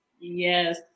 Yes